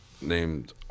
named